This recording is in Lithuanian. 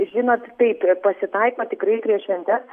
žinot taip pasitaiko tikrai prieš šventes